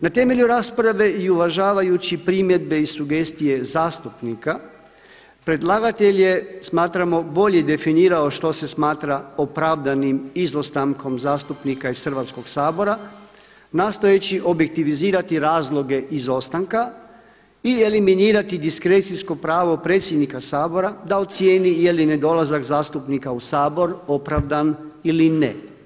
Na temelju rasprave i uvažavajući primjedbe i sugestije zastupnika, predlagatelj je smatramo bolje definirao što se smatra opravdanim izostankom zastupnika iz Hrvatskog sabora, nastojeći objektivizirati razloge izostanka i eliminirati diskrecijsko pravo diskrecijsko pravo predsjednika Sabora da ocijeni jeli nedolazak zastupnika u Sabor opravdan ili ne.